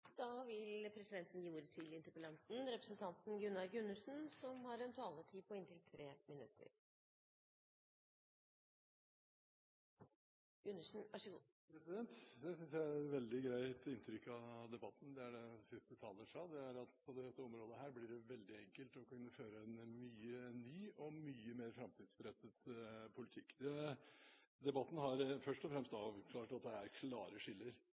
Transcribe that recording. jeg gir et veldig greit inntrykk av debatten. Det er at på dette området blir det veldig enkelt å kunne føre en ny og mye mer framtidsrettet politikk. Debatten har først og fremst avklart at det er klare skiller